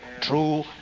true